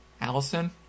Allison